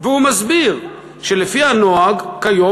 והוא מסביר שלפי הנוהג כיום,